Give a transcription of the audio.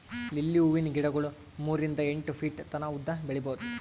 lily ಹೂವಿನ ಗಿಡಗೊಳ್ ಮೂರಿಂದ್ ಎಂಟ್ ಫೀಟ್ ತನ ಉದ್ದ್ ಬೆಳಿಬಹುದ್